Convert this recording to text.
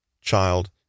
child